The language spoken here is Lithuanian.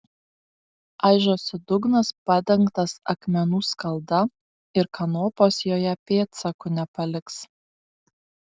aižosi dugnas padengtas akmenų skalda ir kanopos joje pėdsakų nepaliks